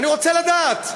אני רוצה לדעת.